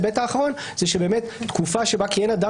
ההיבט האחרון זה שבאמת תקופה שבה כיהן אדם